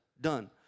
done